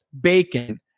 bacon